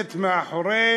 שעומדת מאחורי